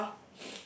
uh